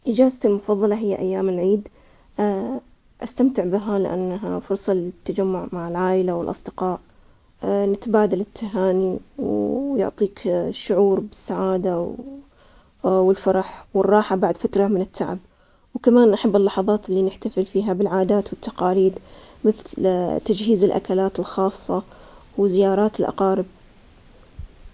إجازتي المفضلة هي أيام العيد، أستمتع بها لأنها فرصة للتجمع مع العائلة والأصدقاء. نتبادل التهاني ويعطيك شعور بالسعادة. والفرح والراحة، بعد فترة من التعب، وكمان أحب اللحظات إللي نحتفل فيها بالعادات والتقاليد مثل تجهيز الأكلات الخاصة، وزيارات الأقارب.